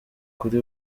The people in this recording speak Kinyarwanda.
kuri